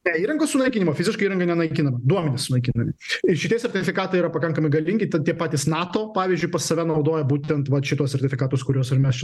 ne įrangos sunaikinimo fiziškai nenaikinama duomenys sunaikinami ir šitie sertifikatai yra pakankamai galingi tad tie patys nato pavyzdžiui pas save naudoja būtent vat šituos sertifikatus kuriuos ir mes